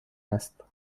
است